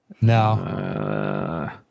No